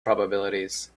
probabilities